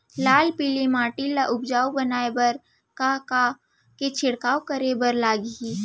लाल पीली माटी ला उपजाऊ बनाए बर का का के छिड़काव करे बर लागही?